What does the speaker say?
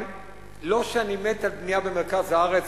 לא שאני מת על בנייה במרכז הארץ,